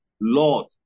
Lord